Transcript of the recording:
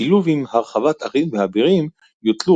בשילוב עם הרחבת ערים ואבירים יוטלו